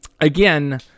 again